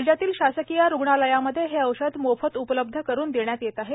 राज्यातील शासकीय रुग्णालयामध्ये हे औषध मोफत उपलब्ध करुन देण्यात येत आहे